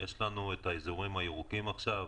יש לנו אזורים ירוקים עכשיו,